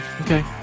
Okay